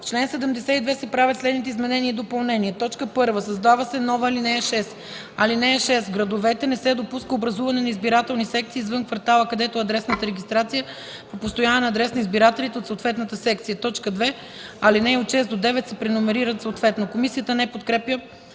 чл. 72 се правят следните изменения и допълнения: 1. Създава се нова ал. 6: „(6) В градовете не се допуска образуване на избирателни секции извън квартала, където е адресната регистрация по постоянен адрес на избирателите от съответната секция.” 2. Алинеи 6-9 се преномерират съответно.” Комисията не подкрепя